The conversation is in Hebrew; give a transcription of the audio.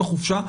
החופשה,